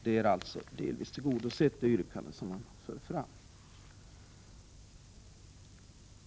Det yrkande man för fram i reservationen är således delvis tillgodosett.